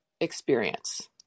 experience